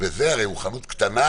הרי הוא חנות קטנה,